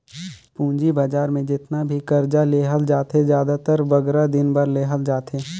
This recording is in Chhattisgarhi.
पूंजी बजार में जेतना भी करजा लेहल जाथे, जादातर बगरा दिन बर लेहल जाथे